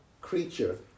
creature